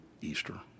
Easter